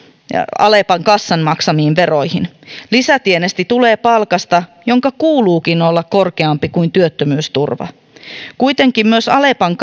alepan kassan maksamiin veroihin lisätienesti tulee palkasta jonka kuuluukin olla korkeampi kuin työttömyysturvan kuitenkin myös alepan